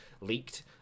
leaked